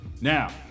Now